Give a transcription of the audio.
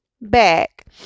back